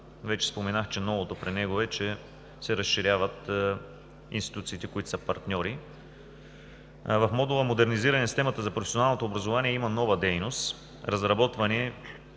Вече споменах, че новото при него е, че се разширяват институциите, които са партньори. В модула „Модернизиране на системата за професионалното образование“ има нова дейност – разработване